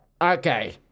Okay